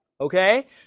Okay